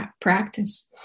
practice